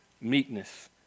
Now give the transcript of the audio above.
meekness